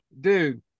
Dude